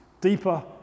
deeper